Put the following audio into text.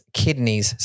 kidneys